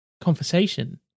conversation